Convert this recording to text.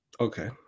Okay